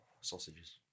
Sausages